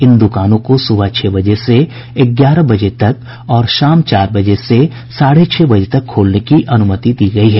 इन दुकानों को सुबह छह बजे से ग्यारह बजे तक और शाम चार बजे से साढ़े छह बजे तक खोलने की अनुमति दी गयी है